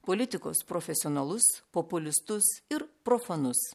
politikos profesionalus populistus ir profanus